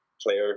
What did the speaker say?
player